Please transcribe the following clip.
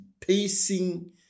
pacing